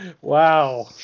Wow